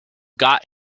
got